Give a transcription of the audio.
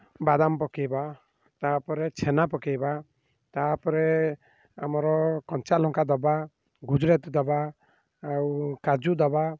ବାଦାମ ପକାଇବା ତା'ପରେ ଛେନା ପକାଇବା ତା'ପରେ ଆମର କଞ୍ଚାଲଙ୍କା ଦେବା ଗୁଜୁରାତି ଦେବା ଆଉ କାଜୁ ଦେବା